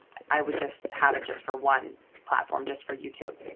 i would just have it just for one platform just for youtube.